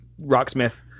Rocksmith